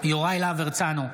יוראי להב הרצנו,